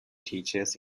teachers